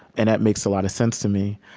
and that makes a lot of sense to me.